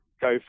go